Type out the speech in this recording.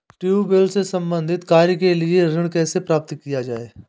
Tubewell से संबंधित कार्य के लिए ऋण कैसे प्राप्त किया जाए?